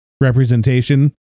representation